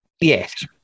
yes